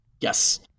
Yes